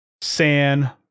SAN